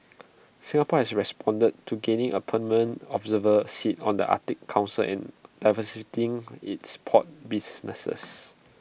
Singapore has responded to gaining A permanent observer seat on the Arctic Council and diversifying its port businesses